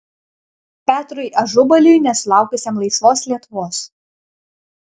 petrui ažubaliui nesulaukusiam laisvos lietuvos